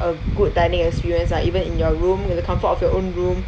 a good dining experience lah even in your room with the comfort of your own room